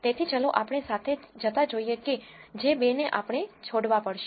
તેથી ચાલો આપણે સાથે જતા જોઈએ કે જે બે ને આપણે બે છોડવા પડશે